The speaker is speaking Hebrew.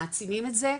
אנשים מעצימים את זה,